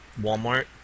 Walmart